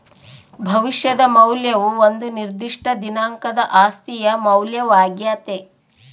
ಭವಿಷ್ಯದ ಮೌಲ್ಯವು ಒಂದು ನಿರ್ದಿಷ್ಟ ದಿನಾಂಕದ ಆಸ್ತಿಯ ಮೌಲ್ಯವಾಗ್ಯತೆ